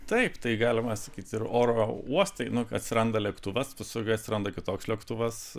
taip tai galima sakyt ir oro uostai nu atsiranda lėktuvas paskui atsiranda kitoks lėktuvas